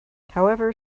however